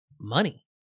money